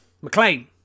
McLean